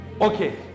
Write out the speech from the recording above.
Okay